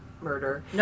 murder